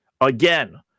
Again